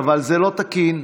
זה לא תקין.